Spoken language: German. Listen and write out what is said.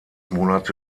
monate